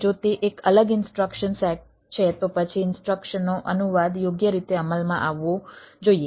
જો તે એક અલગ ઇન્સ્ટ્રક્શન સેટ છે તો પછી ઇન્સ્ટ્રક્શનનો અનુવાદ યોગ્ય રીતે અમલમાં આવવો જોઈએ